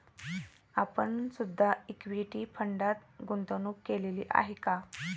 आपण सुद्धा इक्विटी फंडात गुंतवणूक केलेली आहे का?